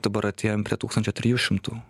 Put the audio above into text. dabar atėjom prie tūkstančio trijų šimtų